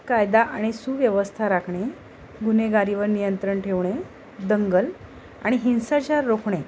कायदा आणि सुव्यवस्था राखणे गुन्हेगारीवर नियंत्रण ठेवणे दंगल आणि हिंसाचार रोखणे